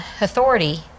authority